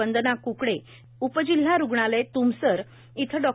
वंदना क्कडे उपजिल्हा रुग्णालय तूमसर येथे डॉ